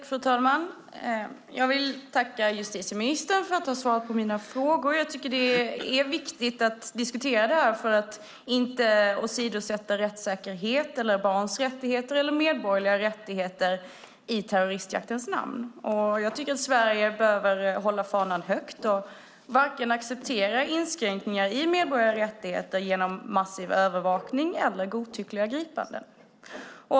Fru talman! Jag vill tacka justitieministern för att hon har svarat på mina frågor. Jag tycker att det är viktigt att diskutera detta för att inte åsidosätta rättssäkerhet, barns rättigheter eller medborgerliga rättigheter i terroristjaktens namn. Sverige behöver hålla fanan högt och inte acceptera inskränkningar i medborgerliga rättigheter genom vare sig massiv övervakning eller godtyckliga gripanden.